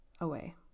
away